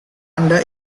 anda